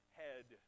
head